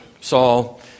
Saul